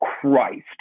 Christ